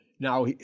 Now